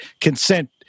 Consent